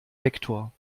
vektor